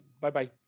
bye-bye